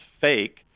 fake